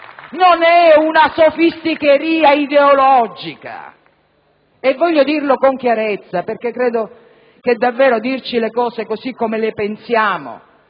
non è una sofisticheria ideologica. Voglio dirlo con chiarezza, perché credo davvero che dirci le cose così come le pensiamo